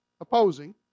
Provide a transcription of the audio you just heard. opposing